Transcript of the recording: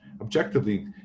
objectively